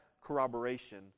corroboration